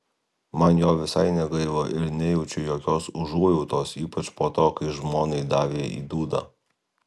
man jo visai negaila ir nejaučiu jokios užuojautos ypač po to kai žmonai davė į dūdą